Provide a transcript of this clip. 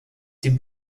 die